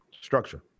structure